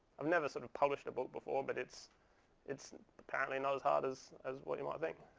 i've never sort of published a book before. but it's it's apparently not as hard as as what you might think.